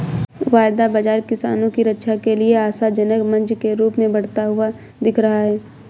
वायदा बाजार किसानों की रक्षा के लिए आशाजनक मंच के रूप में बढ़ता हुआ दिख रहा है